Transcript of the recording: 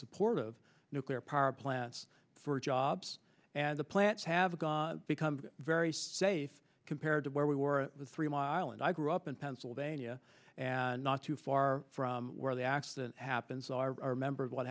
supportive of nuclear power plants for jobs and the plants have gone become very safe compared to where we were three mile island i grew up in pennsylvania and not too far from where the accident happens our members what